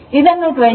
ಇದನ್ನು 25 5